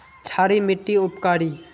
क्षारी मिट्टी उपकारी?